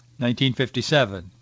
1957